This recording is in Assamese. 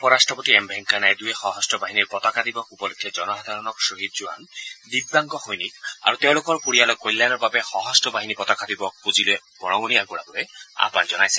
উপ ৰট্টপতি এম ভেংকায়া নাইডুৱে সশস্ত্ৰ বাহিনীৰ পতাকা দিৱস উপলক্ষে জনসাধাৰণক শ্বহীদ জোৱান দিব্যাংগ সেনা আৰু তেওঁলোকৰ পৰিয়ালৰ কল্যাণৰ বাবে সশস্ত্ৰ বাহিনী পতাকা দিৱস পুঁজিলৈ বৰঙণি আগবঢ়াবলৈ আয়ান জনাইছে